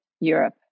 Europe